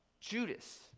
Judas